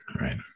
right